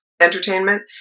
entertainment